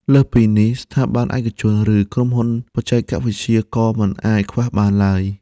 លើសពីនេះ ស្ថាប័នឯកជន ឬក្រុមហ៊ុនបច្ចេកវិទ្យាក៏មិនអាចខ្វះបានឡើយ។